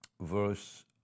verse